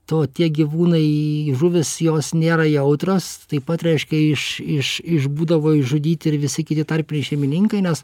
to tie gyvūnai žuvys jos nėra jautrios taip pat reiškia iš iš iš būdavo išžudyti ir visi kiti tarpiniai šeimininkai nes